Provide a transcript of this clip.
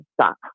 stop